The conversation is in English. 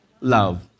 love